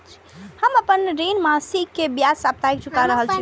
हम आपन ऋण मासिक के ब्याज साप्ताहिक चुका रहल छी